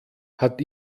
hat